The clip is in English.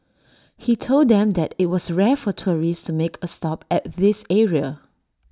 he told them that IT was rare for tourists to make A stop at this area